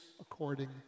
according